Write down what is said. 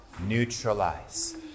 Neutralize